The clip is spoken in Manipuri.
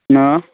ꯅ